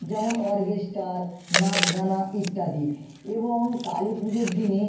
যেমন অর্কেস্ট্রার নাচ গান ইত্যাদি এবং কালী পুজোর দিনে